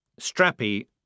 Strappy